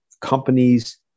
companies